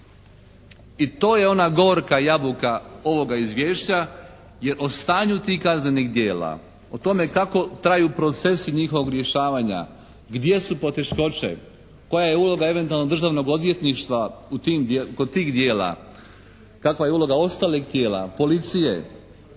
I to je ona gorka jabuka ovoga Izvješća jer o stanju tih kaznenih djela, o tome kako traju procesi njihovog rješavanja, gdje su poteškoće, koja je uloga eventualno Državnog odvjetništva kod tih djela, kakva je uloga ostalih tijela, policije,